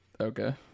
Okay